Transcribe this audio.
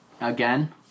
again